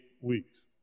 weeks